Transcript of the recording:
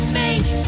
make